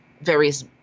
various